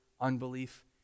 unbelief